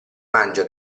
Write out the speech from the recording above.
mangia